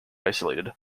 isolated